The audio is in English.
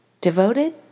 devoted